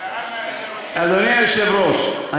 אדוני היושב-ראש,